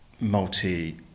multi